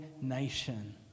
nation